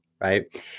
right